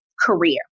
career